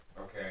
Okay